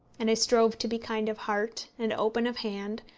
and i strove to be kind of heart, and open of hand,